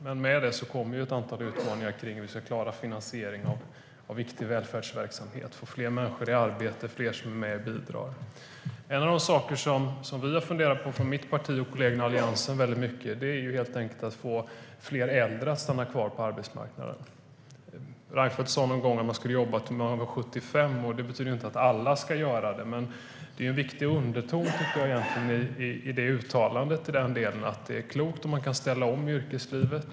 Men med detta kommer ett antal utmaningar när det gäller hur vi ska klara finansieringen av viktig välfärdsverksamhet - hur vi ska få fler människor i arbete och fler som är med och bidrar. En av de saker som vi har funderat på mycket från mitt parti och kollegerna i Alliansen är helt enkelt att få fler äldre att stanna kvar på arbetsmarknaden. Reinfeldt sa någon gång att man skulle jobba tills man är 75 år. Det betyder inte att alla ska göra det. Men det finns egentligen en viktig underton i uttalandet: Det är klokt om man kan ställa om yrkeslivet.